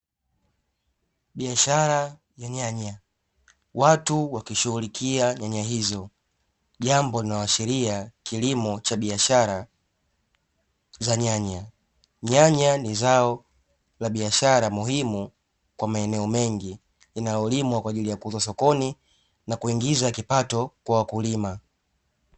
Biashara ya nyanya watu wakishughulikia nyanya hizo, jambo linaloashiria kilimo cha biashara za nyanya. Nyanya ni zao la biashara muhimu kwa maeneo mengi, linalolimwa kwa ajili ya kuuzwa sokoni na kuingiza kipato kwa wakulima.